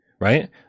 right